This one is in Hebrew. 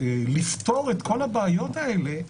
לפתור את כל הבעיות האלה,